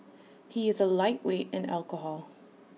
he is A lightweight in alcohol